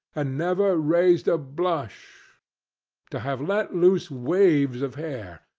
and never raised a blush to have let loose waves of hair,